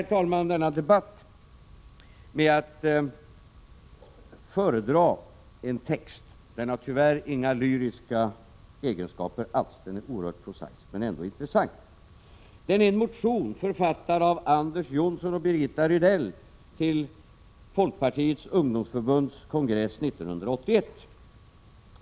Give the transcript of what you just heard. Jag skall sluta denna debatt med att föredra en text. Den har tyvärr inga lyriska egenskaper alls. Den är oerhört prosaisk, men ändå intressant. Den återfinns i en motion, författad av Anders Johnson och Birgitta Rydell, till Folkpartiets ungdomsförbunds kongress 1981.